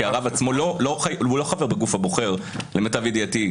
כי הרב עצמו לא חבר בגוף הבוחר למיטב ידיעתי,